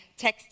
texting